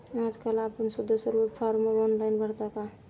आजकाल आपण सुद्धा सर्व फॉर्म ऑनलाइन भरता का?